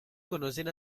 conocen